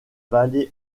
vallée